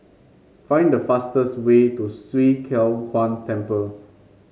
find the fastest way to Swee Kow Kuan Temple